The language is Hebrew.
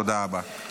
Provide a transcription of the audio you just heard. תודה רבה.